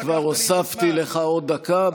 אני כבר הוספתי לך עוד דקה,